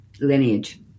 lineage